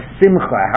simcha